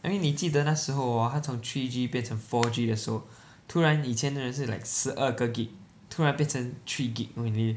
I mean 你记得那时候 hor 它从 three G 变成 four G 的时候突然以前人是 like 十二个 gig 突然变成 three gig only